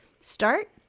start